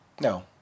no